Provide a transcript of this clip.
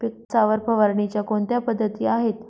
कापसावर फवारणीच्या कोणत्या पद्धती आहेत?